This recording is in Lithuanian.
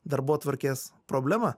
darbotvarkės problema